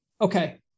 Okay